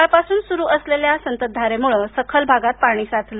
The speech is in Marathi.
सकाळपासून सुरु असलेल्या संततधारेमुळे सखल भागात पाणी साचले